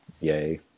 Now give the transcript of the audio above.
yay